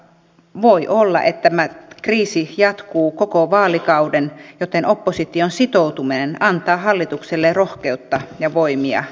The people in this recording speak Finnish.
voi olla että tämä kriisi jatkuu koko vaalikauden joten opposition sitoutuminen antaa hallitukselle rohkeutta ja voimia toimia